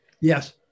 Yes